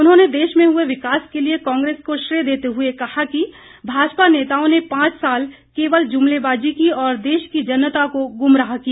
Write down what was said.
उन्होंने देश में हुए विकास के लिए कांग्रेस को श्रेय देते हुए कहा कि भाजपा नेताओं ने पांच साल केवल जुमलेबाजी की और देश की जनता को गुमराह किया